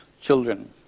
children